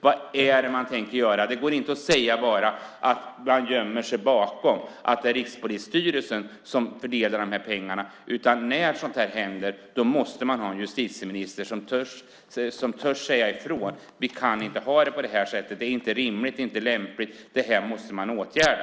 Vad är det man tänker göra? Det går inte att bara gömma sig bakom och säga att det är Rikspolisstyrelsen som fördelar de här pengarna. När sådant här händer måste man ha en justitieminister som törs säga ifrån. Vi kan inte ha det på det här sättet. Det är inte rimligt. Det är inte lämpligt. Det här måste man åtgärda.